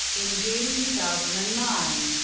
in june two thousand and nine,